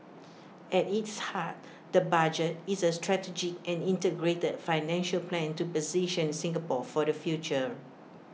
at its heart the budget is A strategic and integrated financial plan to position Singapore for the future